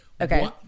Okay